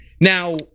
Now